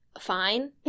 fine